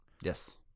Yes